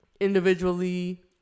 Individually